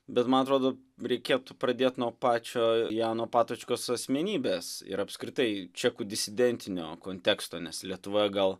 bet man atrodo reikėtų pradėt nuo pačio jano patočkos asmenybės ir apskritai čekų disidentinio konteksto nes lietuvoje gal